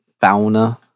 fauna